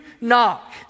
knock